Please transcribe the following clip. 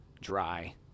dry